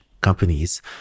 companies